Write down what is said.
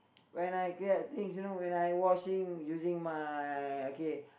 when I cleared things you know when I washing using my okay